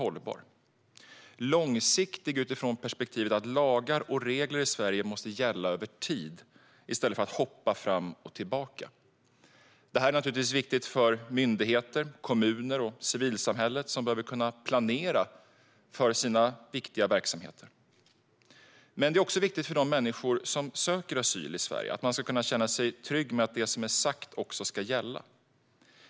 Den är långsiktig utifrån perspektivet att lagar och regler i Sverige måste gälla över tid i stället för att hoppa fram och tillbaka. Detta är naturligtvis viktigt för myndigheter, kommuner och civilsamhället, som behöver kunna planera för sina viktiga verksamheter. Men det är också viktigt för de människor som söker asyl i Sverige att kunna känna sig trygga med att det som är sagt också ska gälla.